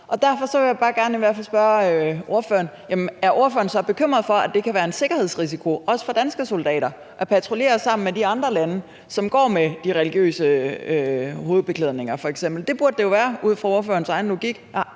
Er ordføreren så bekymret for, at det kan være en sikkerhedsrisiko for også danske soldater at patruljere sammen med soldaterne fra de andre lande, som f.eks. går med de religiøse hovedbeklædninger? Det burde det jo være ud fra ordførerens egen logik.